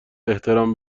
احترام